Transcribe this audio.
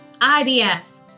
IBS